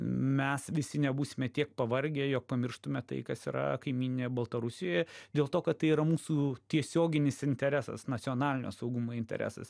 mes visi nebūsime tiek pavargę pamirštume tai kas yra kaimyninėje baltarusijoje dėl to kad tai yra mūsų tiesioginis interesas nacionalinio saugumo interesas